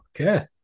Okay